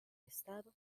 estado